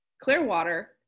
Clearwater